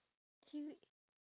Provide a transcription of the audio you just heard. he